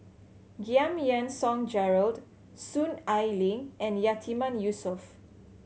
Giam Yean Song Gerald Soon Ai Ling and Yatiman Yusof